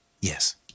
Yes